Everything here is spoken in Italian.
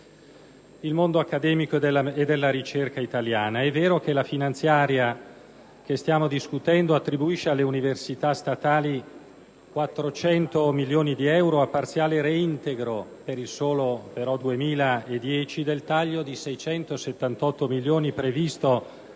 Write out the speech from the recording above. il mondo accademico e della ricerca italiana. È vero che la finanziaria che stiamo discutendo attribuisce alle università statali 400 milioni di euro a parziale reintegro - per il solo 2010 - del taglio di 678 milioni previsto